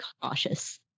cautious